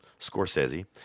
Scorsese